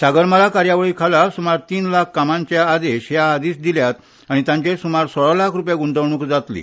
सागर माला कार्यावळी खाला सुमार तीन लाख कामांचे आदेश ह्या आदिच दिल्यात आनी तांचेर सुमार सोळा लाख रूपया ग्रंतवणूक जातली